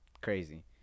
crazy